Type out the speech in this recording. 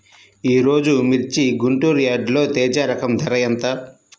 ఈరోజు మిర్చి గుంటూరు యార్డులో తేజ రకం ధర ఎంత?